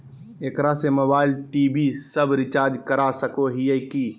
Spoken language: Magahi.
एकरा से मोबाइल टी.वी सब रिचार्ज कर सको हियै की?